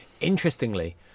Interestingly